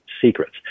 secrets